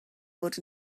fod